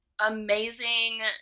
Amazing